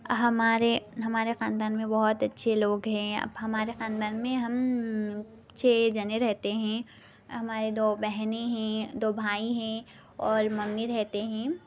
ہمارے ہمارے خاندان میں بہت اچھے لوگ ہیں ہمارے خاندان میں ہم چھ جنے رہتے ہیں ہمارے دو بہنیں ہیں دو بھائی ہیں اور ممی رہتے ہیں